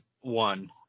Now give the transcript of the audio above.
one